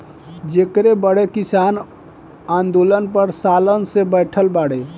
जेकरे बदे किसान आन्दोलन पर सालन से बैठल बाड़े